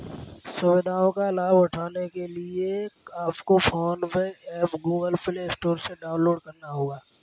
सुविधाओं का लाभ उठाने के लिए आपको PhonePe app Google Play Store से डाउनलोड करना होगा